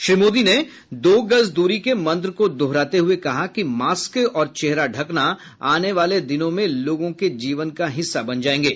श्री मोदी ने चेतावनी दी दो गज दूरी के मंत्र को दोहराते हुए उन्होंने कहा कि मास्क और चेहरा ढकना आने वाले दिनों में लोगों के जीवन का हिस्सा बन जाएंगे